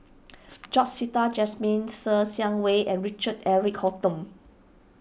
George Sita Jasmine Ser Xiang Wei and Richard Eric Holttum